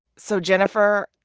so jennifer,